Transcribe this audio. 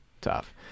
tough